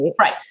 Right